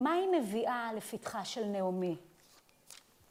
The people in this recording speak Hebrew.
מה היא מביאה לפתחה של נעמי?